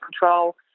control